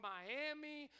Miami